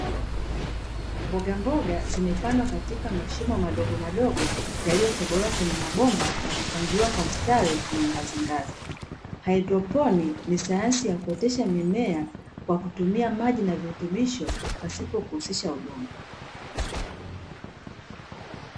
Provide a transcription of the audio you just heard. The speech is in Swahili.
Mbogamboga zimepandwa katika mashimo madogomadogo yaliyotobolewa katika mabomba na kupangiiwa kwa mstari yenye ngazingazi. Hydroponi ni sayansi ya kuotesha mimea kwa kutumia maji yenye virutubisho, pasipo kuhusisha udongo.